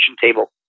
table